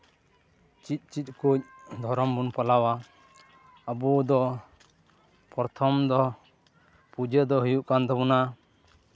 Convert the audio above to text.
ᱪᱮᱫ ᱪᱮᱫ ᱠᱚ ᱫᱷᱚᱨᱚᱢ ᱵᱚᱱ ᱯᱟᱞᱟᱣᱟ ᱟᱵᱚ ᱫᱚ ᱯᱨᱚᱛᱷᱚᱢ ᱫᱚ ᱯᱩᱡᱟᱹ ᱫᱚ ᱦᱩᱭᱩᱜ ᱠᱟᱱ ᱛᱟᱵᱚᱱᱟ